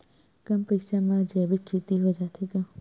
कम पईसा मा जैविक खेती हो जाथे का?